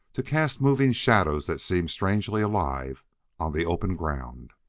to cast moving shadows that seemed strangely alive on the open ground.